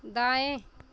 दाएँ